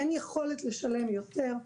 אין יכולת לשלם יותר,